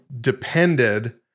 depended